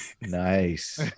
Nice